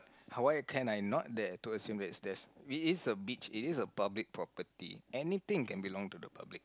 how can I not there to assume that there's it is a beach it is a public property anything can belong to the public